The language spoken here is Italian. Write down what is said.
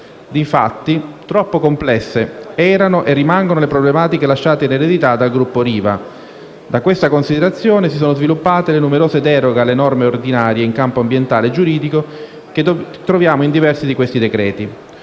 Difatti, troppo complesse erano e rimangono le problematiche lasciate in eredità dal gruppo Riva. Da questa considerazione si sono sviluppate le numerose deroghe alle norme ordinarie in campo ambientale e giuridico che troviamo in diversi di questi decreti-legge;